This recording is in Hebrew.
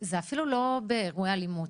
זה אפילו לא באירועי אלימות,